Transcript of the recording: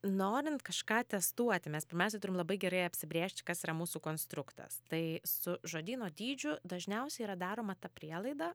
norint kažką testuoti mes pirmiausia turim labai gerai apsibrėžti kas yra mūsų konstruktas tai su žodyno dydžiu dažniausiai yra daroma ta prielaida